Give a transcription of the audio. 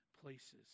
places